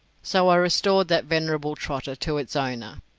so i restored that venerable trotter to its owner.